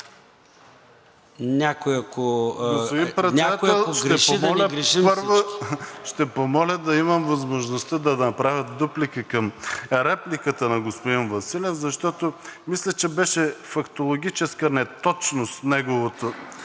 Някой ако греши, да не грешим всички.